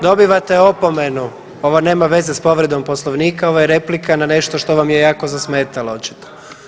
Dobivate opomenu ovo nema veze s povredom Poslovnika ovo je replika na nešto što vam je jako zasmetalo očito.